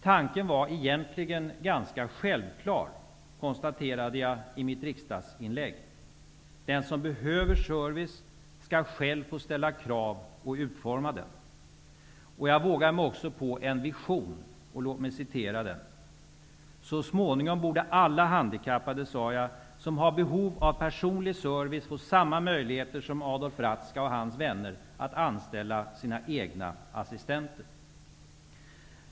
Tanken var egentligen ganska självklar, konstaterade jag i mitt riksdagsinlägg. Den som behöver service skall själv få ställa krav och utforma servicen. Jag vågade mig också på en vision. Så här sade jag: ''Så småningom borde alla handikappade som har behov av personlig service få samma möjlighet som Adolf Ratzka och hans vänner att anställa sina egna assistenter.''